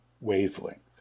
wavelength